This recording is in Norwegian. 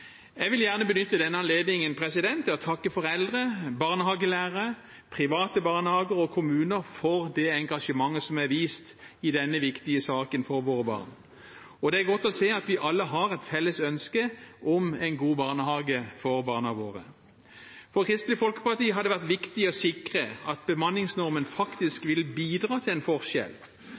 Jeg vil gjerne benytte denne anledningen til å takke foreldre, barnehagelærere, private barnehager og kommuner for det engasjementet som er vist i denne viktige saken for våre barn. Det er godt å se at vi alle har et felles ønske om en god barnehage for barna våre. For Kristelig Folkeparti har det vært viktig å sikre at bemanningsnormen faktisk vil bidra til en forskjell,